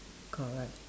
correct